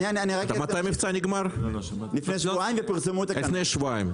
המבצע נגמר לפני שבועיים.